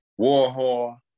Warhol